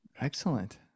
Excellent